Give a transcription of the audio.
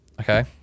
okay